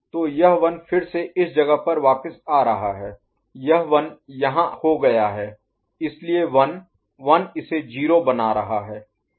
तो यह 1 फिर से इस जगह पर वापस आ रहा है यह 1 यहाँ हो गया है इसलिए 1 1 इसे 0 बना रहा है